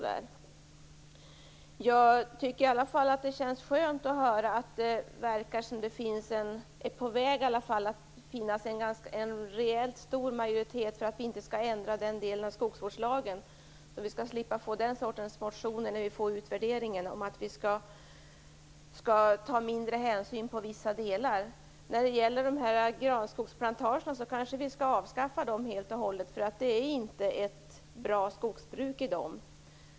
Det känns i alla fall skönt att höra att det verkar bli en rejält stor majoritet för att inte ändra den delen av skogsvårdslagen. Vi kan därmed slippa motioner om att det skall tas mindre miljöhänsyn på vissa delar när vi får utvärderingen. Vi kanske skall avskaffa granskogsplantagerna helt och hållet, därför att de innebär inte ett bra skogsbruk.